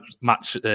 match